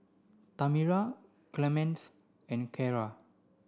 Tamera Clemence and Cara